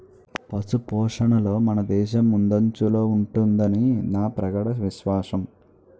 పశుపోషణలో మనదేశం ముందంజలో ఉంటుదని నా ప్రగాఢ విశ్వాసం